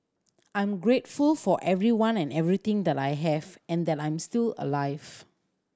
I'm grateful for everyone and everything that I have and that I'm still alive